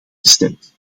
gestemd